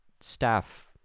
staff